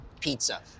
pizza